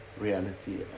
reality